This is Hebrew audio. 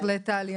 בהחלט, טלי.